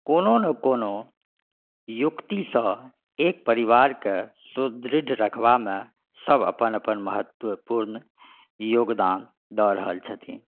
कोनो ने कोनो युक्तिसँ एक परिवारके सुदृढ़ रखबामे सभ अपन अपन महत्वपुर्ण योगदान दऽ रहल छथिन